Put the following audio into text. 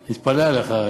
אני מתפלא עליך,